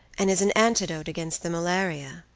and is an antidote against the malaria,